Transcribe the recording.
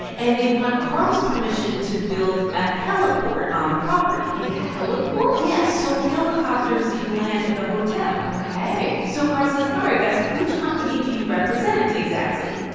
and they want carl's permission to build a heliport on the property a heliport? yeah so helicopters can land at the hotel ok so carl says, all right, guys. which company do you represent exactly?